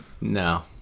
No